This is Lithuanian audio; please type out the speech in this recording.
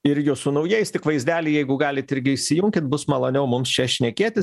ir jus su naujais tik vaizdelį jeigu galit irgi įsijunkit bus maloniau mums čia šnekėtis